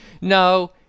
No